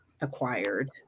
acquired